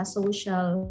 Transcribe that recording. social